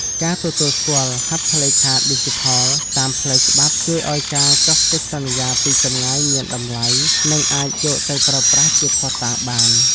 ការទទួលស្គាល់ "ហត្ថលេខាឌីជីថល" តាមផ្លូវច្បាប់ ជួយឱ្យការចុះកិច្ចសន្យាពីចម្ងាយមានតម្លៃ និងអាចយកទៅប្រើប្រាស់ជាភស្តុតាងបាន។